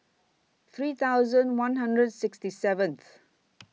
three thousand one hundred sixty seventh